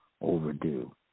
overdue